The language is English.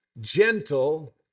gentle